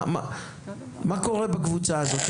מה קורה בקבוצה הזו?